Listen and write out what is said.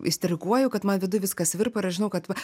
isterikuoju kad man viduj viskas virpa ir aš žinau kad va